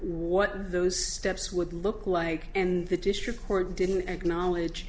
what those steps would look like and the district court didn't acknowledge